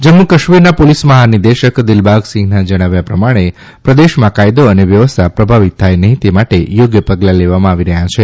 જમ્મુ કાશ્મીરના પોલિસ મહાનિદેશક દિલબાગસિંઘના જણાવ્યા પ્રમાણે પ્રદેશમાં કાયદો અને વ્યવસ્થા પ્રભાવિત થાય નહીં તે માટે થોગ્ય પગલાં લેવામાં આવી રહ્યાં છે